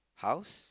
house